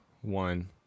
one